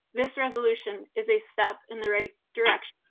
this resolution is a step in the right direction.